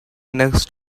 next